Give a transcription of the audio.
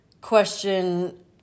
question